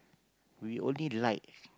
we only like